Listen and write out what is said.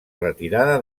retirada